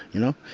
you know?